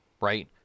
right